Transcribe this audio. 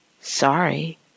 Sorry